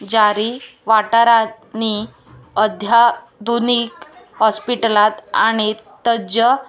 जारी वाठारांनी अध्याधुनीक हॉस्पिटलांत आनी तज्ज